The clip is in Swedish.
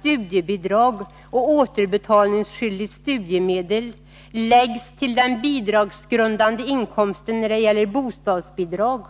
studiebidrag och återbetalningsskyldigt studiemedel, läggs till den bidragsgrundande inkomsten när det gäller bostadsbidrag.